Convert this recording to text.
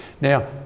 now